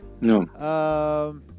no